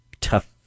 tough